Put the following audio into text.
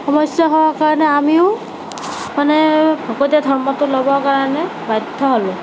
সমস্য়া হোৱাৰ কাৰণে আমিও মানে ভকতীয়া ধৰ্মটো ল'ব কাৰণে বাধ্য় হ'লোঁ